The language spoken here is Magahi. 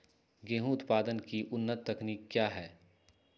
गेंहू उत्पादन की उन्नत तकनीक क्या है?